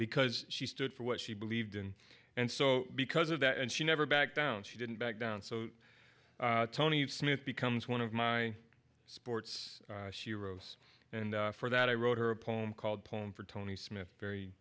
because she stood for what she believed in and so because of that and she never backed down she didn't back down so tony smith becomes one of my sports heroes and for that i wrote her a poem called poem for tony smith very